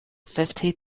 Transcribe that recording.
fifty